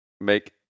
make